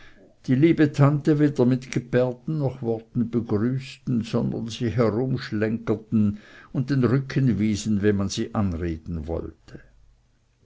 die liebe tante weder mit gebärden noch worten begrüßten sondern sich herumschlenggeten und den rücken wiesen wenn man sie anreden wollte